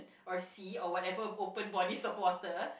or sea or whatever open bodies of water